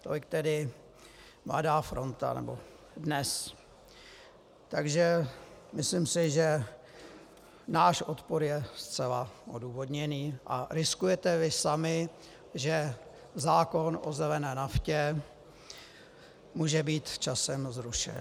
Tolik tedy Mladá fronta DNES, takže myslím si, že náš odpor je zcela odůvodněný a riskujete vy sami, že zákon o zelené naftě může být časem zrušen.